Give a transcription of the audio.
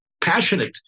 passionate